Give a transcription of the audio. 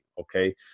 okay